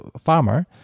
farmer